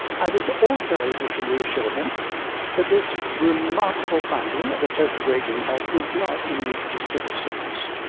i was also able to reassure him that this remarkable finding of a social gradient in health was not unique to civil servants.